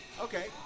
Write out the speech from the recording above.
okay